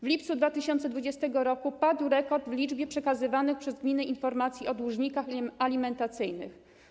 W lipcu 2020 r. padł rekord w liczbie przekazywanych przez gminy informacji o dłużnikach alimentacyjnych.